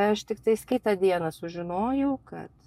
aš tiktais kitą dieną sužinojau kad